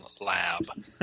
lab